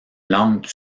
langue